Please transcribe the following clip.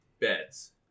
beds